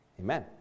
Amen